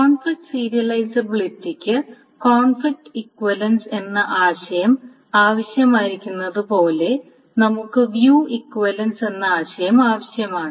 conflict സീരിയലൈസബിലിറ്റിക്ക് conflict equivalence എന്ന ആശയം ആവശ്യമായിരിക്കുന്നതുപോലെ നമുക്ക് വ്യൂ ഇക്വിവലൻസ് എന്ന ആശയം ആവശ്യമാണ്